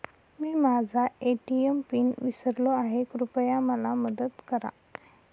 मी माझा ATM PIN विसरलो आहे, कृपया मला मदत करा